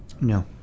No